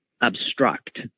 obstruct